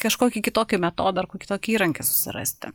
kažkokį kitokį metodą ar ko kitokį įrankio susirasti